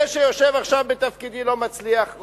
זה שיושב עכשיו בתפקידי לא מצליח,